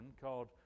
called